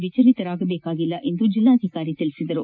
ವಿಚಲಿತರಾಗದೇಕಾಗಿಲ್ಲ ಎಂದು ಜಿಲ್ಲಾಧಿಕಾರಿ ತಿಳಿಸಿದರು